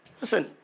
Listen